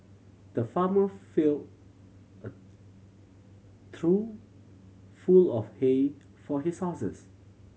the farmer fill a through full of hay for his horses